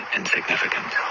insignificant